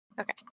Okay